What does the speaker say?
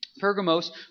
Pergamos